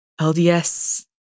LDS